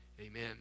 Amen